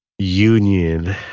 Union